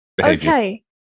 Okay